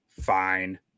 fine